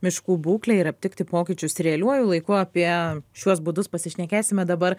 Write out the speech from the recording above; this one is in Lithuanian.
miškų būklę ir aptikti pokyčius realiuoju laiku apie šiuos būdus pasišnekėsime dabar